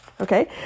Okay